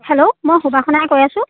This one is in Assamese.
হেল্ল' মই সুবাসনাই কৈ আছোঁ